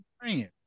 praying